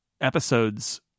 episodes